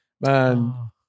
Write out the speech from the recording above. man